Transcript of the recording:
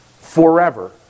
forever